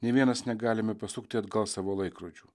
nė vienas negalime pasukti atgal savo laikrodžių